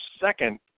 second